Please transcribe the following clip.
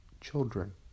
children